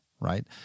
right